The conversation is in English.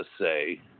say –